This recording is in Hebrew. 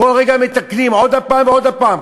כל רגע מתקנים עוד פעם ועוד פעם,